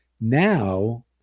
Now